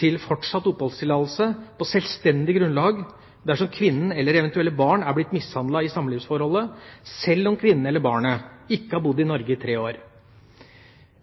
til fortsatt oppholdstillatelse på sjølstendig grunnlag dersom kvinnen eller eventuelle barn er blitt mishandlet i samlivsforholdet, sjøl om kvinnen eller barnet ikke har bodd i Norge i tre år.